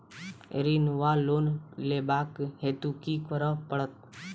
ऋण वा लोन लेबाक हेतु की करऽ पड़त?